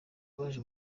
baje